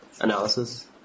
analysis